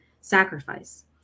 sacrifice